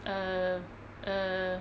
err err